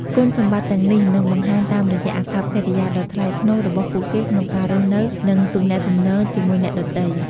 គុណសម្បត្តិទាំងនេះនឹងបង្ហាញតាមរយៈអាកប្បកិរិយាដ៏ថ្លៃថ្នូររបស់ពួកគេក្នុងការរស់នៅ និងទំនាក់ទំនងជាមួយអ្នកដទៃ។